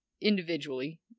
individually